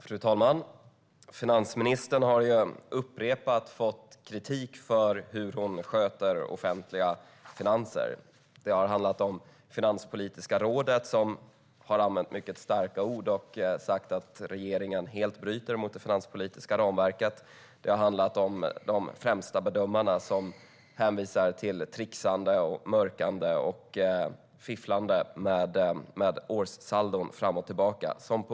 Fru talman! Finansministern har fått upprepad kritik för hur hon sköter offentliga finanser. Det har handlat om Finanspolitiska rådet, som har använt mycket starka ord och sagt att regeringen helt bryter mot det finanspolitiska ramverket. Det har handlat om de främsta bedömarna, som hänvisar till trixande, mörkande och fifflande med årssaldon fram och tillbaka.